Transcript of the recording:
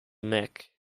neck